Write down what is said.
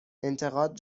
انتقاد